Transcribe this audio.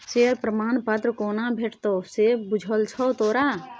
Share प्रमाण पत्र कोना भेटितौ से बुझल छौ तोरा?